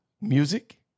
Music